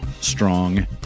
strong